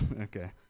Okay